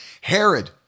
Herod